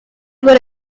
were